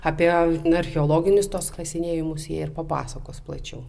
apie archeologinius tuos kasinėjimus jie ir papasakos plačiau